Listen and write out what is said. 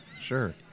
sure